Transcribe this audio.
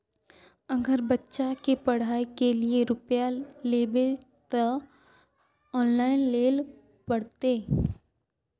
अगर बच्चा के पढ़ाई के लिये रुपया लेबे ते ऑनलाइन लेल पड़ते?